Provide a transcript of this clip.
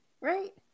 right